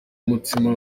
umutsima